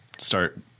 Start